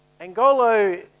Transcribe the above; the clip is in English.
Angolo